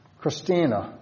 Christina